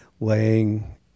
laying